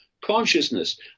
consciousness